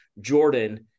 Jordan